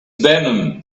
venom